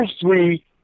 three